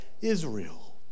Israel